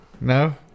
No